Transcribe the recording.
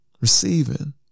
receiving